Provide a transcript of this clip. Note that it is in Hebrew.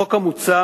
החוק המוצע